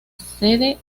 sede